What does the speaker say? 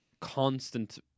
constant